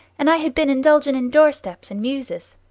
and i had been indulgin' in door-steps and mewses.